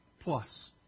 plus